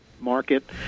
market